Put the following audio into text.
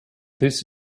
this